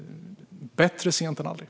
Bättre sent än aldrig!